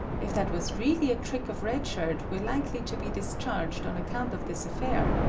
if that was really a trick of red shirt, we're likely to be discharged on account of this affair.